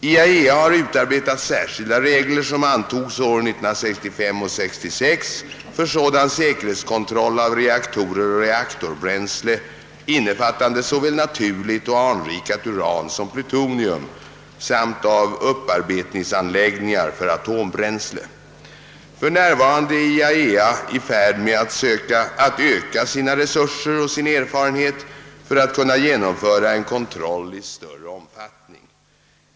IAEA har utarbetat särskilda regler som antogs åren 1965 och 1966 för sådan säkerhetskontroll av reaktorer och reaktorbränsle, innefattande såväl naturligt och anrikat uran som plutonium, samt av upparbetningsanläggningar för atombränsle. För närvarande är IAEA i färd med att öka sina resurser och sin erfarenhet för att kunna genomföra en kontroll i större omfattning.